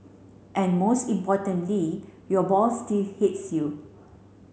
and most importantly your boss still hates you